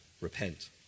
Repent